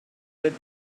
with